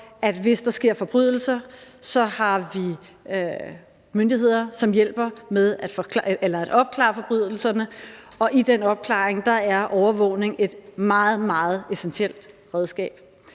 at hvis der sker forbrydelser, har vi myndigheder, som hjælper med at opklare forbrydelserne, og i den opklaring er overvågning et meget, meget essentielt redskab.